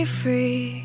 free